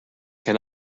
can